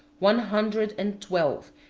one hundred and twelve,